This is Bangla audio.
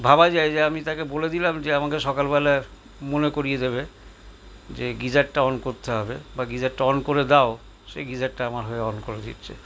ভাবা যায় যে আমি তাকে বলে দিলাম যে আমাকে সকালবেলায় মনে করিয়ে দেবে যে গিজারটা অন করতে হবে বা গিজারটা অন করে দাও সে গিজারটা আমার হয়ে অন করে দিচ্ছে